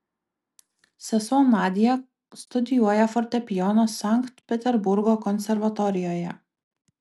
sesuo nadia studijuoja fortepijoną sankt peterburgo konservatorijoje